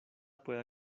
pueda